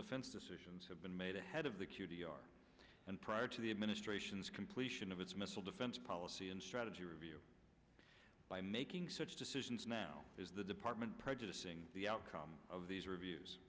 defense decisions have been made ahead of the q t r and prior to the administration's completion of its missile defense policy and strategy review by making such decisions now is the department prejudicing the outcome of these reviews